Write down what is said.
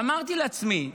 ואמרתי לעצמי: